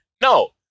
no